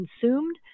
consumed